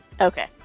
Okay